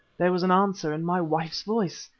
there was an answer in my wife's voice.